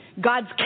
God's